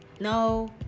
No